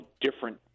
different